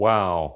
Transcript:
Wow